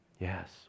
yes